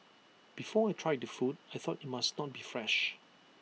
before I tried the food I thought IT must not be fresh